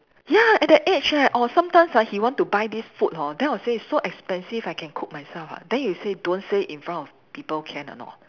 ya at that age eh or sometimes ah he want to buy this food hor then I will say so expensive I can cook myself ah then he'll say don't say in front of people can or not